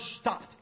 stopped